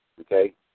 okay